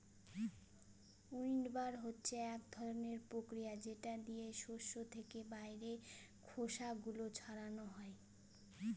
উইন্ডবার হচ্ছে এক ধরনের প্রক্রিয়া যেটা দিয়ে শস্য থেকে বাইরের খোসা গুলো ছাড়ানো হয়